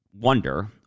wonder